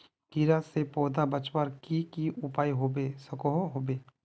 कीड़ा से पौधा बचवार की की उपाय होबे सकोहो होबे?